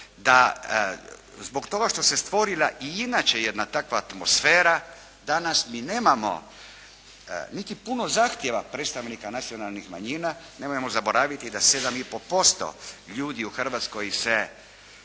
da zbog toga što se stvorila i inače jedna takva atmosfera danas mi nemamo niti puno zahtjeva predstavnika nacionalnih manjina. Nemojmo zaboraviti da 7,5% ljudi u Hrvatskoj se